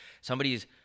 somebody's